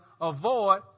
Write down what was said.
avoid